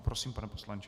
Prosím, pane poslanče.